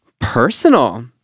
personal